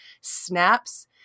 snaps